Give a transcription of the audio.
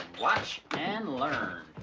watch and learn.